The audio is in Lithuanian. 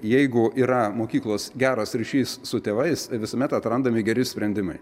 jeigu yra mokyklos geras ryšys su tėvais visuomet atrandami geri sprendimai